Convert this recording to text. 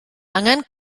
angen